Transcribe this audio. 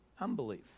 unbelief